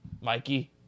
Mikey